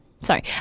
Sorry